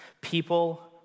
People